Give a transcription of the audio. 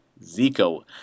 zico